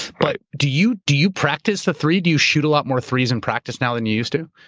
but do you do you practice the three? do you shoot a lot more threes in practice now than you used to?